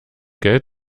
geld